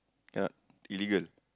cannot illegal